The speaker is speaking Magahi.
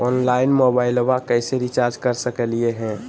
ऑनलाइन मोबाइलबा कैसे रिचार्ज कर सकलिए है?